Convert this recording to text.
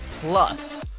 plus